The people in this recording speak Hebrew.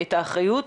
את האחריות.